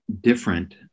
different